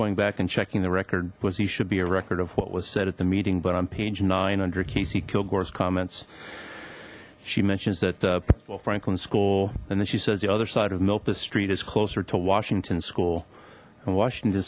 going back and checking the record was he should be a record of what was said at the meeting but on page nine under kc kilgore's comments she mentions that franklin school and then she says the other side of milpas street is closer to washington school in washington